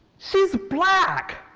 she is black!